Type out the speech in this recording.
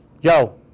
yo